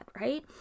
right